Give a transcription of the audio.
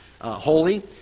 holy